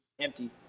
empty